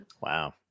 Wow